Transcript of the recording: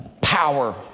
Power